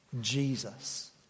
Jesus